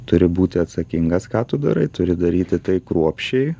turi būti atsakingas ką tu darai turi daryti tai kruopščiai